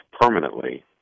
permanently